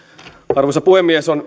arvoisa puhemies on